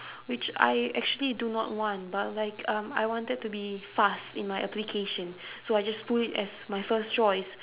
which I actually do not want but like um I wanted to be fast in my application so I just put it as my first choice